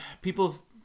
People